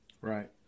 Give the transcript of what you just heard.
Right